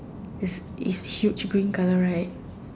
is is huge green colour right